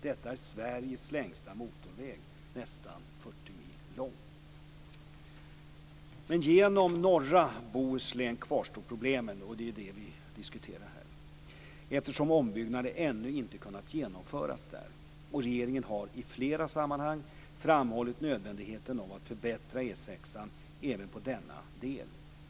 Detta är Sveriges längsta motorväg, nästan 40 Men genom norra Bohuslän kvarstår problemen, eftersom ombyggnaden där ännu inte kunnat genomföras. Det är dessa problem som vi här diskuterar. Regeringen har i flera sammanhang framhållit nödvändigheten av att förbättra E 6:an även på denna del.